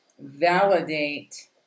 validate